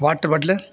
water bottle